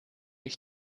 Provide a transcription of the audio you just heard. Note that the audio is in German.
ich